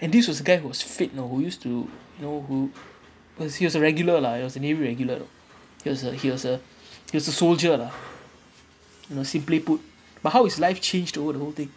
and this was a guy who was fit you know who used to you know who cause he was a regular lah he was a navy regular though he was a he was a he's a soldier lah you know simply put but how his life changed towards the whole thing